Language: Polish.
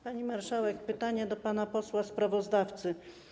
Pani marszałek, pytanie do pana posła sprawozdawcy.